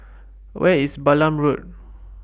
Where IS Balam Road